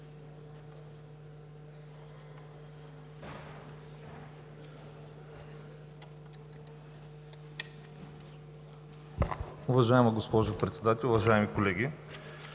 Уважаема госпожо Председател, уважаеми колеги!